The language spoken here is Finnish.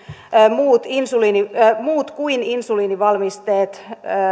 muut kuin insuliinivalmisteet